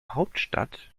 hauptstadt